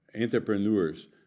entrepreneurs